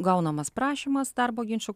gaunamas prašymas darbo ginčų